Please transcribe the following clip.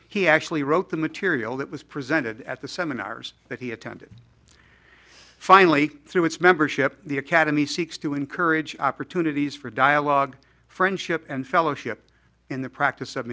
he actually wrote the material that was presented at the seminars that he attended finally through its membership the academy seeks to encourage opportunities for dialogue friendship and fellowship in the practice of